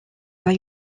pas